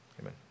amen